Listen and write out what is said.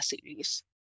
series